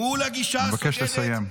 מול הגישה הסוגדת --- אני מבקש לסיים.